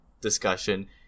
discussion